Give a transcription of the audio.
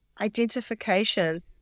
identification